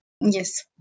Yes